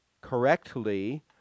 correctly